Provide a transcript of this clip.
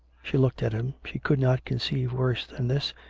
she looked at him. she could not conceive worse than this,